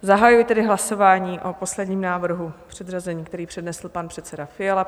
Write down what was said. Zahajuji hlasování o posledním návrhu k předřazení, který přednesl pan předseda Fiala.